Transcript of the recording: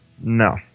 No